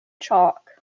chalk